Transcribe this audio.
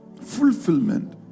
fulfillment